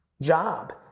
job